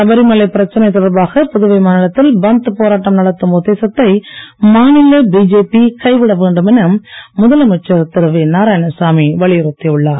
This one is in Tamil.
சபரிமலை பிரச்சனை தொடர்பாக புதுவை மாநிலத்தில் பந்த் போராட்டம் நடத்தும் உத்தேசத்தை மாநில பிஜேபி கைவிட வேண்டும் என முதலமைச்சர் திரு வி நாராயணசாமி வலியுறுத்தி உள்ளார்